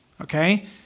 okay